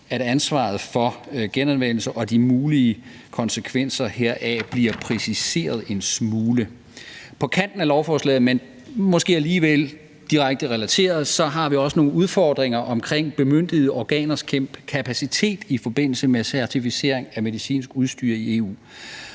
at ansvaret for genanvendelse og de mulige konsekvenser heraf bliver præciseret en smule. På kanten af lovforslaget, men måske alligevel direkte relateret, har vi også nogle udfordringer omkring bemyndigede organers kapacitet i forbindelse med certificering af medicinsk udstyr i EU.